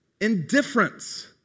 Indifference